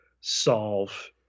solve